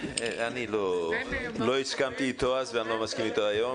אני לא הסכמתי איתו אז ואני לא מסכים איתו היום.